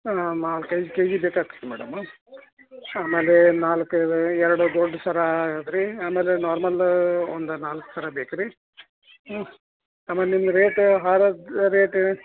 ನಾಲ್ಕು ಐದು K G ಬೇಕಾಗ್ತದೆ ಮೇಡಮ್ಮು ಆಮೇಲೆ ನಾಲ್ಕು ಇದು ಎರಡು ದೊಡ್ಡ ಸರ ಅದರಿ ಆಮೇಲೆ ನಾರ್ಮಲ್ಲ ಒಂದು ನಾಲ್ಕು ಸರ ಬೇಕು ರೀ ಹ್ಞೂ ಆಮೇಲೆ ನಿಮ್ಮ ರೇಟ ಹಾರಗೆ ರೇಟ್